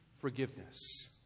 forgiveness